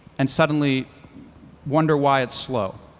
and suddenly wonder why it's slow.